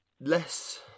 less